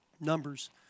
Numbers